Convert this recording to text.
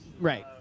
Right